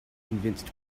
convinced